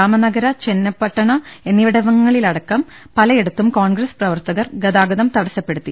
രാമനഗര ചെന്നപട്ടണ എന്നിവിടങ്ങളിലടക്കും പലയിടത്തും കോൺഗ്രസ് പ്രവർത്തകർ ഗതാഗതം തട്സപ്പെടുത്തി